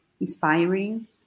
inspiring